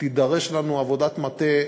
תידרש לנו עבודת מטה,